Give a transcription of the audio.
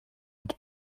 mit